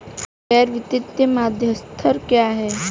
गैर वित्तीय मध्यस्थ क्या हैं?